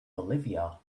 bolivia